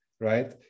right